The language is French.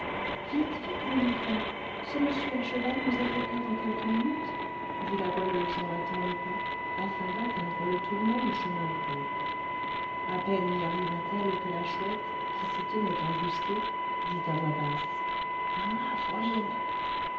vite vite mon enfant ce monsieur à cheval nous a fait perdre quelques minutes dit la goualeuse en hâtant le pas afin d'atteindre le tournant du chemin creux à peine y arriva t elle que la chouette qui s'y tenait embusquée dit à voix basse à moi fourline